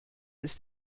ist